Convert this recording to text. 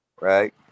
Right